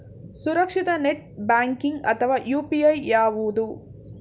ಸುರಕ್ಷಿತ net banking ಅಥವಾ UPI ಯಾವುದು?